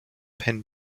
penn